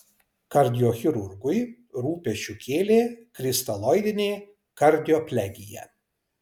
kardiochirurgui rūpesčių kėlė kristaloidinė kardioplegija